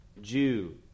Jew